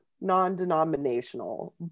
non-denominational